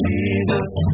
Jesus